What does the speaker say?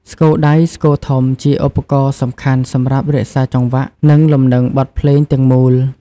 ស្គរដៃ ស្គរធំ ជាឧបករណ៍សំខាន់សម្រាប់រក្សាចង្វាក់ និងលំនឹងបទភ្លេងទាំងមូល។